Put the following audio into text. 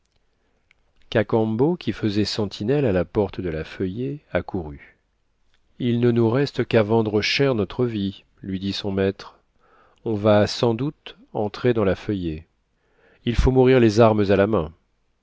cacambo qui fesait sentinelle à la porte de la feuillée accourut il ne nous reste qu'à vendre cher notre vie lui dit son maître on va sans doute entrer dans la feuillée il faut mourir les armes à la main